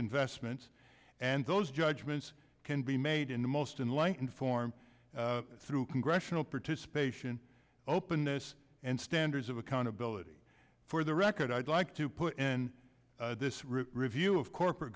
investments and those judgments can be made in the most in line form through congressional participation openness and standards of accountability for the record i'd like to put in this room review of corporate